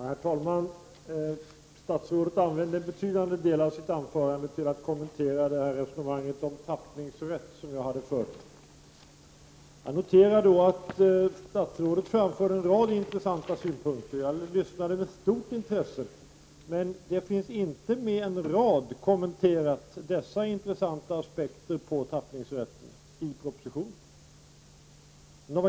Herr talman! Statsrådet använde en betydande del av sitt anförande till att kommentera resonemanget om tappningsrätt som jag hade fört. Jag noterar att statsrådet framförde en rad synpunkter, som jag lyssnade till med stort intresse. Dessa intressanta aspekter på tappningsrätten finns inte kommenterade med en rad i propositionen.